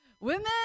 women